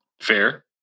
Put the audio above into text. Fair